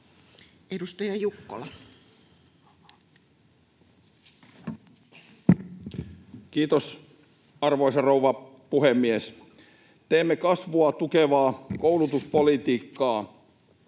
11:58 Content: Kiitos, arvoisa rouva puhemies! Teemme kasvua tukevaa koulutuspolitiikkaa.